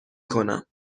کنم